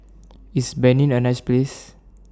IS Benin A nice Place